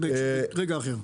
נטפל בנושאים האחרים.